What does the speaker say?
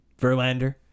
Verlander